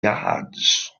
yards